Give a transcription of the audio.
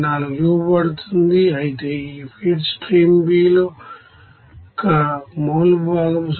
4 ఇవ్వబడుతుంది అయితే ఈ ఫీడ్ స్ట్రీమ్ B లో యొక్క మోల్ భాగం 0